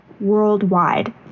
worldwide